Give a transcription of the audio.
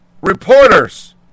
reporters